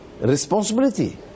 responsibility